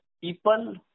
people